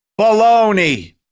baloney